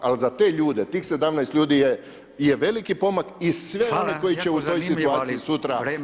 Ali za te ljude, tih 17 ljudi je veliki pomak i svi oni koji će u toj situaciji sutra